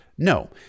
No